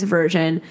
version